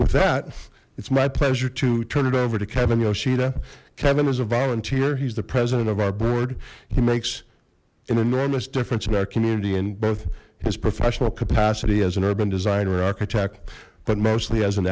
with that it's my pleasure to turn it over to kevin yoshida kevin is a volunteer he's the president of our board he makes an enormous difference in our community in both his professional capacity as an urban design or an architect but mostly as an